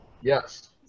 Yes